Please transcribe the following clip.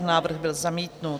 Návrh byl zamítnut.